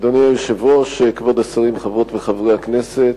אדוני היושב-ראש, כבוד השרים, חברות וחברי הכנסת,